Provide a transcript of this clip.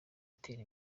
itera